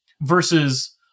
versus